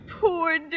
Poor